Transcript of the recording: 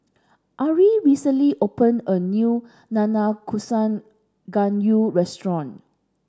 Ari recently opened a new Nanakusa Gayu restaurant